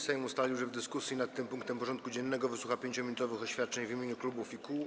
Sejm ustalił, że w dyskusji nad tym punktem porządku dziennego wysłucha 5-minutowych oświadczeń w imieniu klubów i kół.